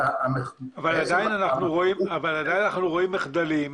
--- אבל עדיין אנחנו רואים מחדלים.